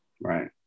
Right